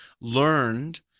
learned